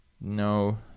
No